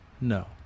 No